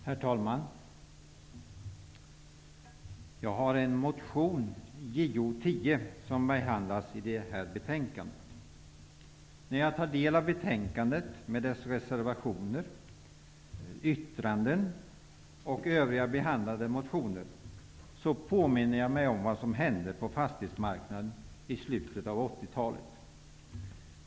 Herr talman! Jag har lagt fram en motion, Jo10, som behandlas i detta betänkande. När jag tar del av betänkandet, med dess reservationer, yttranden och övriga behandlade motioner, påminner jag mig vad som hände på fastighetsmarknaden i slutet av 80-talet.